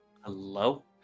Hello